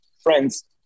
friends